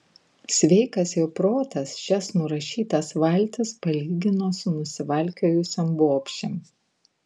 sveikas jo protas šias nurašytas valtis palygino su nusivalkiojusiom bobšėm